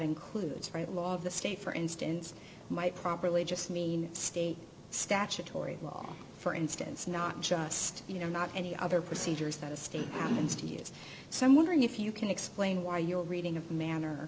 includes right law of the state for instance might properly just mean state statutory law for instance not just you know not any other procedures that a state means to use some wondering if you can explain why your reading of manner